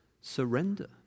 surrender